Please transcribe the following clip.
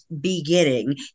beginning